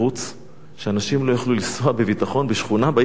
לכך שאנשים לא יוכלו לנסוע בביטחון בשכונה בעיר הבירה שלהם.